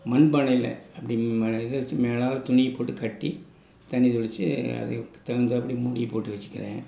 மண்பானையில் அப்படி ம இதை வெச்சு மேலால் துணியை போட்டு கட்டி தண்ணி தெளித்து அதற்கு தகுந்தாற்படி மூடியை போட்டு வெச்சுக்கிறேன்